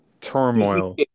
turmoil